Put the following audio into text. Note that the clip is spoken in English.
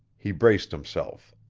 he braced himself.